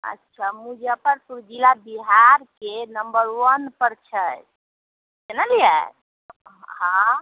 अच्छा मुजफ्फरपुर जिला बिहारके नम्बर वन पर छै जनलियै हँ